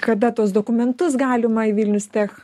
kada tuos dokumentus galima į vilnius tech